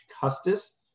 Custis